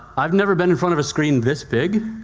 i've never been in front of a screen this big,